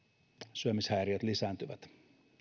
syömishäiriöt lisääntyvät